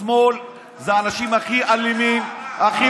השמאל זה האנשים הכי אלימים, מה ראש הממשלה, מה?